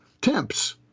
temps